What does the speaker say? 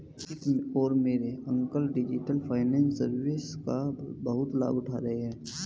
अंकिता और मेरे uncle digital finance services का बहुत लाभ उठा रहे हैं